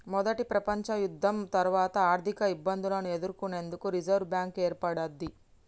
మొదటి ప్రపంచయుద్ధం తర్వాత ఆర్థికఇబ్బందులను ఎదుర్కొనేందుకు రిజర్వ్ బ్యాంక్ ఏర్పడ్డది